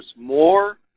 more